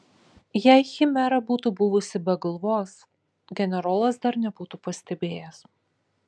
jei chimera būtų buvusi be galvos generolas dar nebūtų pastebėjęs